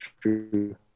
true